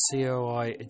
COI